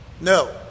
No